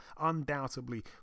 Undoubtedly